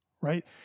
Right